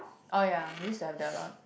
orh ya we use to have that lah